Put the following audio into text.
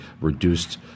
reduced